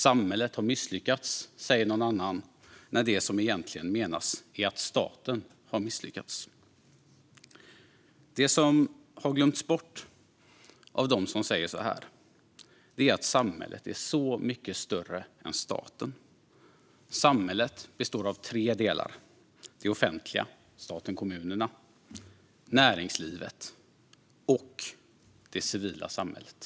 Samhället har misslyckats, säger någon annan, när det som egentligen menas är att staten har misslyckats. Det som har glömts bort av dem som säger så är att samhället är så mycket större än staten. Samhället består av tre delar: det offentliga, det vill säga staten och kommunerna, näringslivet och det civila samhället.